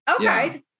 Okay